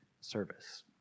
service